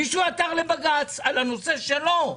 מישהו עתר לבג"ץ על הנושא שלו,